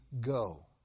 go